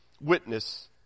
witness